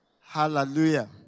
Hallelujah